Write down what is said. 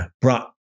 brought